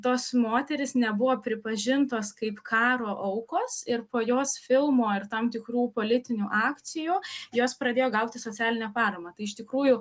tos moterys nebuvo pripažintos kaip karo aukos ir po jos filmo ir tam tikrų politinių akcijų jos pradėjo gauti socialinę paramą tai iš tikrųjų